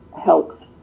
helps